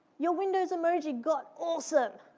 your windows emoji got awesome!